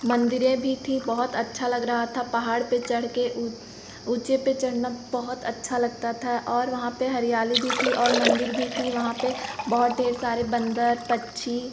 मन्दिरें भी थीं बहुत अच्छा लग रहा था पहाड़ पर चढ़कर ऊँचे पर चढ़ना बहुत अच्छा लगता था और वहाँ पर हरियाली भी थी और मन्दिर भी थी वहाँ पर बहुत ढेर सारे बंदर पक्षी